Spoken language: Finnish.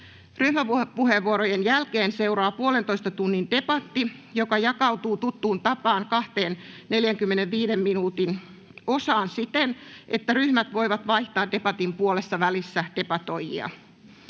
Ryhmäpuheenvuorojen jälkeen seuraa 1,5 tunnin debatti, joka jakautuu tuttuun tapaan kahteen 45 minuutin osaan siten, että ryhmät voivat vaihtaa debatin puolessavälissä debatoijia.